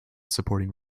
supporting